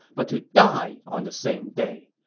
but to die on the same day.